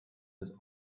was